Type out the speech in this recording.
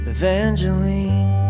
Evangeline